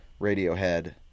Radiohead